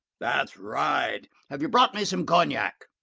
that's right. have you brought me some cognac?